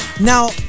Now